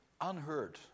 unheard